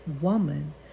woman